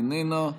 איננה,